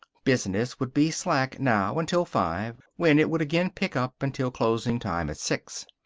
business would be slack, now, until five, when it would again pick up until closing time at six.